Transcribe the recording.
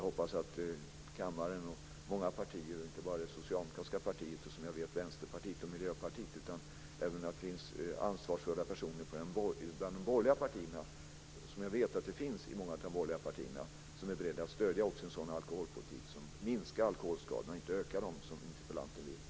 Jag vet att det finns ansvarsfulla personer bland de borgerliga partierna, och inte bara hos Socialdemokraterna, Vänsterpartiet och Miljöpartiet, som är beredda att stödja en alkoholpolitik som minskar alkoholskadorna och inte ökar dem, som interpellanten vill.